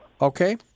Okay